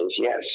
yes